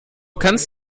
kannst